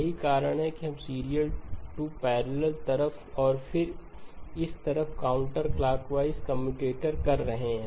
यही कारण है कि हम सीरियल टू पैरलल तरफ और फिर इस तरफ काउंटरक्लाकवाइज कम्यूटेटर कर रहे हैं